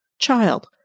Child